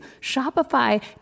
Shopify